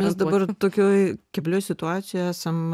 mes dabar tokioj keblioj situacijoj esam